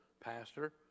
pastor